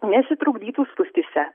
nesitrukdytų spūstyse